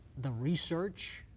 the research